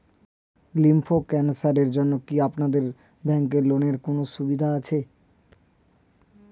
Lymph ক্যানসারের জন্য কি আপনাদের ব্যঙ্কে লোনের কোনও সুবিধা আছে?